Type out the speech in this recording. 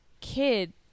kid